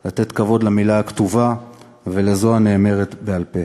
לתת כבוד למילה הכתובה ולזו הנאמרת בעל-פה.